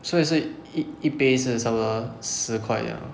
所以是一一杯是差不多十块这样 ah